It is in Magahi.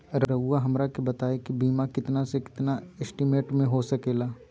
रहुआ हमरा के बताइए के बीमा कितना से कितना एस्टीमेट में हो सके ला?